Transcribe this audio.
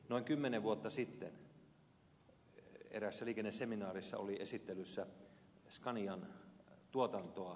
noin kymmenen vuotta sitten eräässä liikenneseminaarissa oli esittelyssä scanian tuotantoa